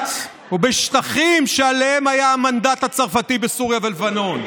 ובשטחים שעליהם היה המנדט הצרפתי בסוריה ובלבנון,